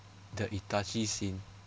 the itachi scene